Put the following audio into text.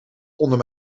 onder